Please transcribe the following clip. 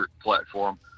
platform